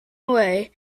away